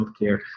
healthcare